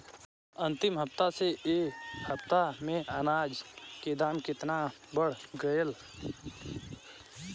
अंतिम हफ्ता से ए हफ्ता मे अनाज के दाम केतना बढ़ गएल?